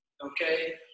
okay